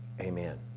Amen